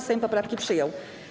Sejm poprawki przyjął.